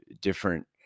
different